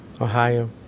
Ohio